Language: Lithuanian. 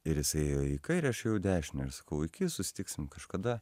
ir jis ėjo į kairę aš jau į dešinę ir sakau iki susitiksim kažkada